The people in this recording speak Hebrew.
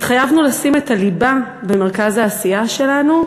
התחייבנו לשים את הליבה במרכז העשייה שלנו,